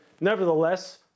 nevertheless